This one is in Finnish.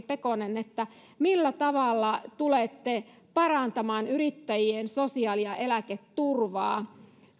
pekonen millä tavalla tulette parantamaan yrittäjien sosiaali ja eläketurvaa